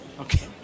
Okay